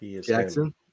Jackson